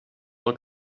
del